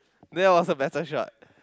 that was a better shot